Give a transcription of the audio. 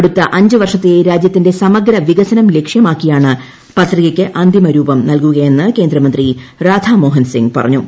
അടുത്ത അഞ്ച് വർഷത്തെ രാജ്യത്തിന്റെ സമഗ്ര വികസനം ലക്ഷ്യമാക്കിയാണ് പത്രികയ്ക്ക് അന്തിമരൂപം നൽകുകയെന്ന് കേന്ദ്രമന്ത്രി രാധാ മോഹൻ സിംഗ് പറഞ്ഞു